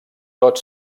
tot